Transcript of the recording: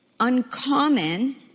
uncommon